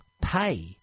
Pay